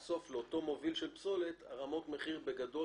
לאותו מוביל של פסולת הן רמות מחיר דומות.